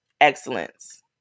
excellence